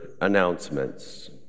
announcements